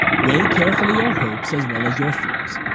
weigh carefully your hopes as well as your fears,